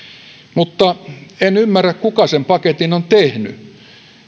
mutta en ymmärrä kuka sen paketin on tehnyt